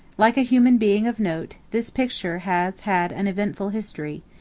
like a human being of note, this picture has had an eventful history.